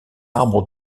arbre